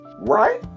right